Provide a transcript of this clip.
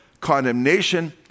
condemnation